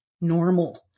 normal